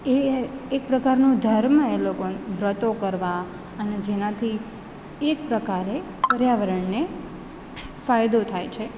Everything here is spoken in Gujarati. એ એક પ્રકારનો ધર્મ એ લોકોને વ્રતો કરવાં અને જેનાથી એક પ્રકારે પર્યાવરણને ફાયદો થાય છે